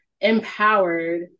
empowered